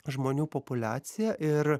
žmonių populiacija ir